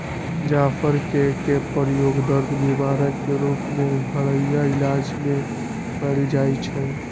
जाफर कें के प्रयोग दर्द निवारक के रूप में घरइया इलाज में कएल जाइ छइ